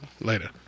Later